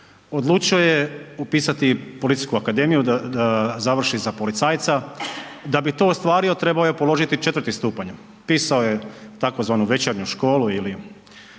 odlučio je upisati Policijsku akademiju, da završi za policajca. Da bi to ostvario trebao je položiti 4.-ti stupanj. Upisao je, tzv. večernju školu ili